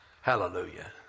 Hallelujah